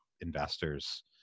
investors